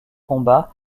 combat